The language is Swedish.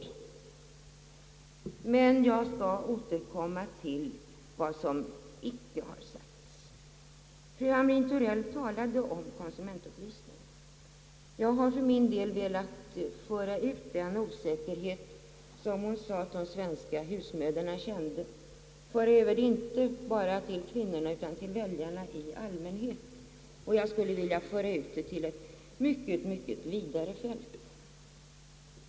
Men jag skall återkomma till vad som icke har sagts. När fru Hamrin-Thorell talade om konsumentupplysningen sade hon att de svenska husmödrarna känner osäkerhet. Jag vill föra ut den inte bara till kvinnorna, utan till väljarna i allmänhet.